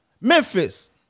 Memphis